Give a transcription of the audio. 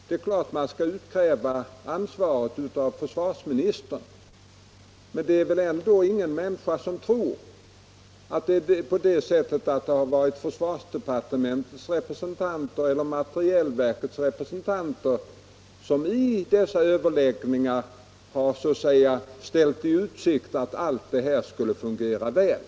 Det är klart att man skall utkräva ansvaret av försvarsministern. Men det är väl ingen människa som tror att försvarsdepartementets eller materielverkets representanter vid överläggningarna ställt i utsikt att allt det här skulle fungera väl.